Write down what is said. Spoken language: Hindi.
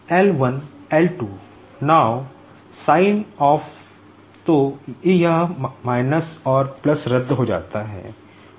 तो यह माइनस और प्लस रद्द हो जाता है